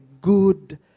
good